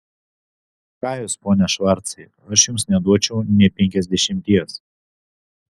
ką jūs pone švarcai aš jums neduočiau nė penkiasdešimties